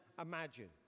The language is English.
imagine